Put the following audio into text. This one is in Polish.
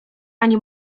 ani